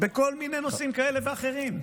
בכל מיני נושאים כאלה ואחרים.